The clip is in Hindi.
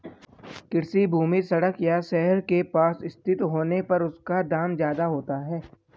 कृषि भूमि सड़क या शहर के पास स्थित होने पर उसका दाम ज्यादा होता है